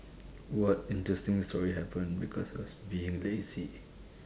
what interesting story happened because I was being lazy